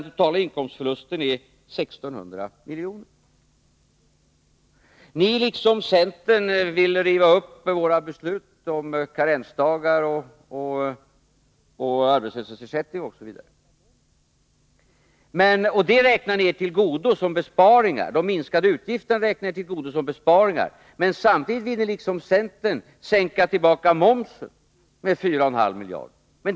Den totala inkomstförlusten är emellertid 1600 milj.kr. Ni vill, liksom centern, riva upp våra beslut om slopade karensdagar, om arbetslöshetsersättning osv. De minskade utgifterna härför räknar ni er till godo som besparingar, men samtidigt vill ni, liksom centern, sänka momsen med 4,5 miljarder.